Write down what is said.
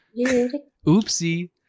Oopsie